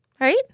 Right